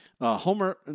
Homer